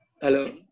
Hello